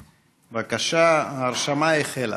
בבקשה, ההרשמה החלה.